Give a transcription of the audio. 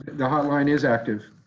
the hotline is active.